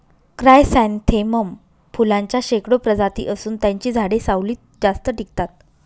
chrysanthemum फुलांच्या शेकडो प्रजाती असून त्यांची झाडे सावलीत जास्त टिकतात